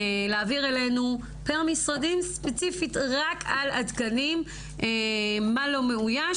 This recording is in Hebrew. להעביר אלינו פר משרדים ספציפית רק על התקנים מה לא מאויש